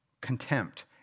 contempt